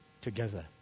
together